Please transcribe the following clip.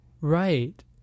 Right